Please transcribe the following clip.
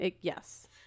yes